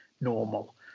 normal